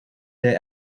der